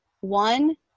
one